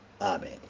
Amen